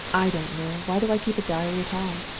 i don't know! why do i keep a diary at all?